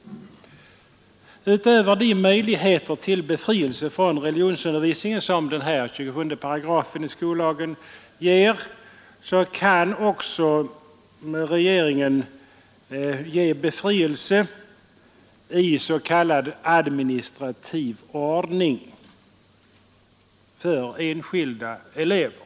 Utöver de möjligheter till befrielse från religionsundervisning som 27 § skollagen ger har regeringen också beviljat befrielse i s.k. administrativ ordning för enskilda elever.